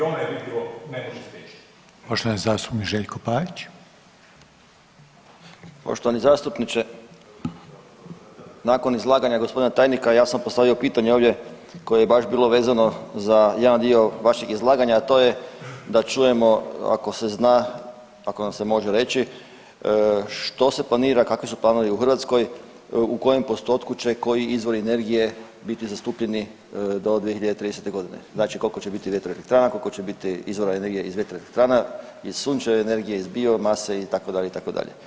Poštovani zastupniče, nakon izlaganja g. tajnika, ja sam postavio pitanje ovdje koje je baš bilo vezano za jedan dio vašeg izlaganja, a to je da čujemo, ako se zna, ako nam se može reći što se planira, kakvi su planovi u Hrvatskoj, u kojem postotku će koji izvori energije biti zastupljeni do 2030. g., znači koliko će biti vjetroelektrana, koliko će biti izvora energije iz vjetroelektrana, iz sunčeve energije, iz biomase, itd., itd.